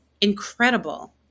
incredible